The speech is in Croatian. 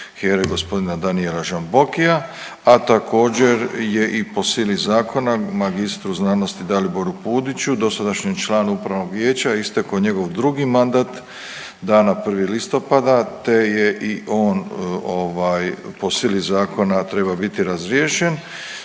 vijeća HERA-e g. Danijela Žambokija, a također je i po sili zakona magistru znanosti Daliboru Pudiću, dosadašnjem članu upravnog vijeća, istekao njegov drugi mandat dana 1. listopada, te je i on ovaj po sili zakona trebao biti razriješen,